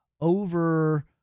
over